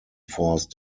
force